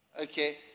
Okay